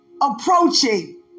approaching